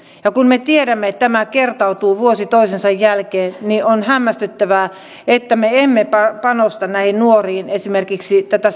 ja kun me tiedämme että tämä kertautuu vuosi toisensa jälkeen on hämmästyttävää että me emme panosta näihin nuoriin esimerkiksi tätä